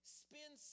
spend